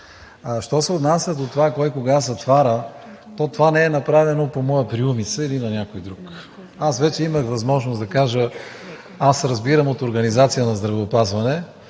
Що се отнася до това кой кога затваря, то това не е направено по моя приумица или на някой друг. Аз вече имах възможност да кажа: аз разбирам от организация на здравеопазване,